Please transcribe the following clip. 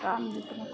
काम एतनाके